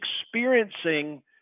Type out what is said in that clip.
experiencing